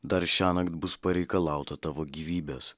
dar šiąnakt bus pareikalauta tavo gyvybės